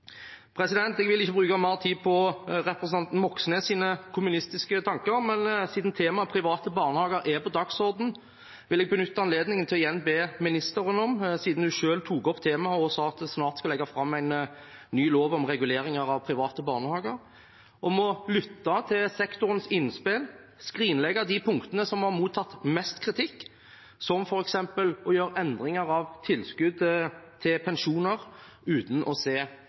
Jeg vil ikke bruke mer tid på representanten Moxnes’ kommunistiske tanker, men siden temaet private barnehager er på dagsordenen, vil jeg benytte anledningen til igjen å be ministeren – siden hun selv tok opp temaet og sa at det snart skal legges fram en ny lov om regulering av private barnehager – om å lytte til sektorens innspill, skrinlegge de punktene som har mottatt mest kritikk, som f.eks. å gjøre endringer i tilskuddet til pensjoner uten å se